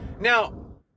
Now